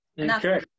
Okay